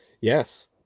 Yes